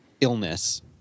illness